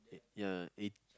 ya it